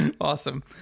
Awesome